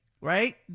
right